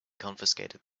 confiscated